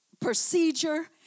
procedure